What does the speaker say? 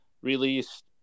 released